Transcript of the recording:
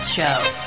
Show